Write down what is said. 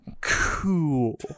cool